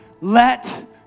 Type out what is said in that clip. let